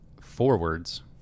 forwards